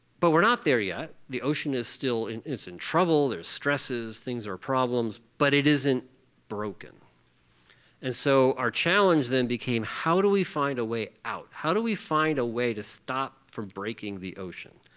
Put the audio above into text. but we're not there yet. the ocean is still it's in trouble. there's stresses. things are problems but it isn't broken and so our challenge then became how do we find a way out. how do we find a way to stop from breaking the ocean?